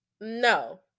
no